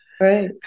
right